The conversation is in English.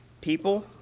people